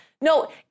No